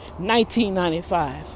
$19.95